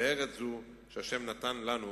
בארץ זו, שהשם נתן לנו